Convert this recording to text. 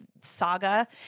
saga